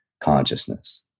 consciousness